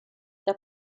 der